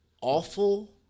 awful